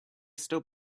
still